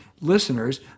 listeners